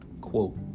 quote